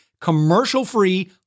commercial-free